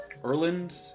Erland